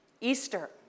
Easter